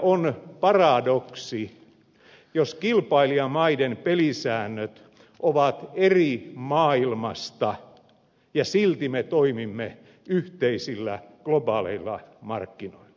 on paradoksi jos kilpailijamaiden pelisäännöt ovat eri maailmasta ja silti me toimimme yhteisillä globaaleilla markkinoilla